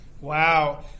wow